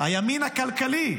הימין הכלכלי,